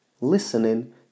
Listening